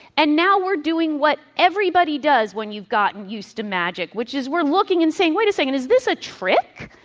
and now we're doing what everybody does when you've gotten used to magic, which is we're looking and saying, wait a second, is this a trick?